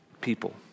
people